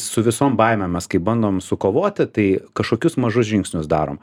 su visom baimėm mes kaip bandom sukovoti tai kažkokius mažus žingsnius darom